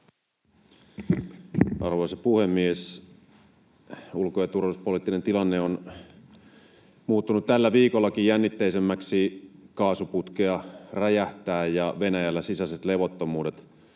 Arvoisa puhemies! Ulko- ja turvallisuuspoliittinen tilanne on muuttunut tällä viikollakin jännitteisemmäksi: kaasuputkea räjähtää, ja Venäjällä sisäiset levottomuudet